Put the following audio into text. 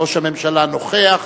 ראש הממשלה נוכח